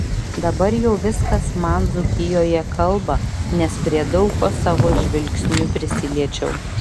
dabar jau viskas man dzūkijoje kalba nes prie daug ko savo žvilgsniu prisiliečiau